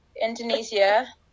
Indonesia